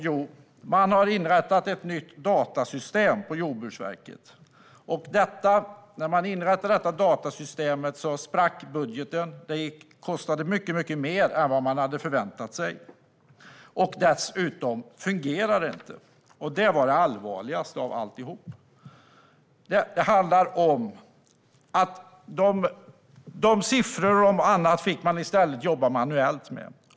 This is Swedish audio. Jo, man har inrättat ett nytt datasystem på Jordbruksverket. När man inrättade detta datasystem sprack budgeten. Det kostade mycket mer än vad man hade förväntat sig. Dessutom fungerar det inte, och det är det allvarligaste av alltihop. Siffror och annat fick man i stället jobba med manuellt.